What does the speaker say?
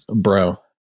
bro